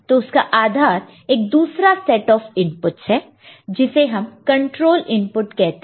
तो उसका आधार एक दूसरा सेट ऑफ इनपुट है जिसे हम कंट्रोल इनपुट कहते हैं